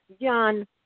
Jan